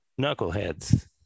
knuckleheads